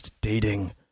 dating